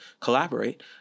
collaborate